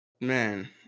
Man